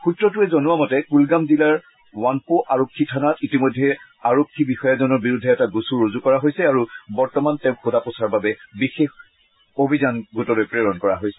সূত্ৰটোৱে জনোৱা মতে কুলগাম জিলাৰ ৱানপ আৰক্ষী থানাত ইতিমধ্যে আৰক্ষী বিষয়াজনৰ বিৰুদ্ধে এটা গোচৰ ৰুজু কৰা হৈছে আৰু বৰ্তমান তেওঁক সোধাপোছাৰ বাবে বিশেষ অভিযান গোটলৈ প্ৰেৰণ কৰা হৈছে